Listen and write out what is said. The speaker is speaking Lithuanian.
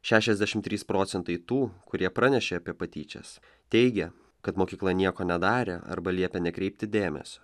šešiasdešim trys procentai tų kurie pranešė apie patyčias teigė kad mokykla nieko nedarė arba liepė nekreipti dėmesio